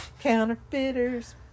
Counterfeiters